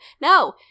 No